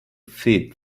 feet